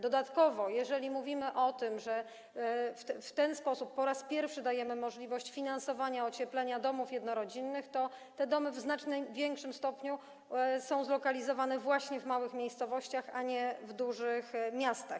Dodatkowo mówimy o tym, że w ten sposób po raz pierwszy dajemy możliwość finansowania ocieplenia domów jednorodzinnych, a te domy w znacznie większym stopniu są zlokalizowane właśnie w małych miejscowościach, a nie w dużych miastach.